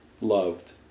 loved